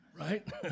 Right